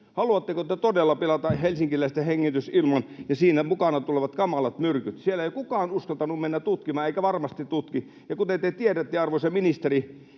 Haluatteko te todella pilata helsinkiläisten hengitysilman? Siinä mukana tulevat kamalat myrkyt. Siellä ei ole kukaan uskaltanut mennä tutkimaan eikä varmasti tutki. Kuten te tiedätte, arvoisa ministeri,